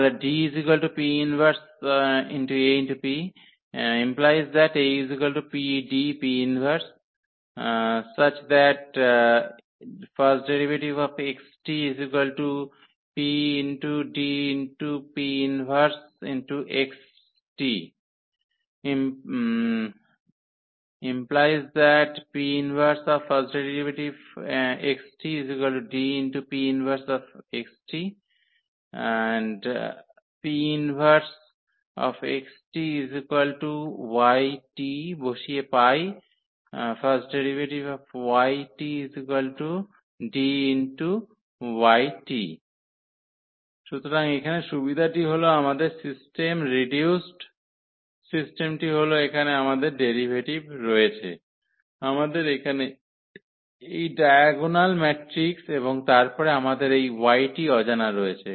তাহলে বসিয়ে পাই সুতরাং এখানে সুবিধাটি হল আমাদের সিস্টেম রিডিউসড সিস্টেমটি হল এখানে আমাদের ডেরিভেটিভ রয়েছে আমাদের এখানে এই ডায়াগোনাল ম্যাট্রিক্স এবং তারপরে আমাদের এই y টি অজানা রয়েছে